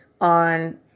on